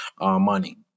money